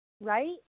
right